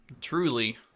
Truly